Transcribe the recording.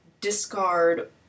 discard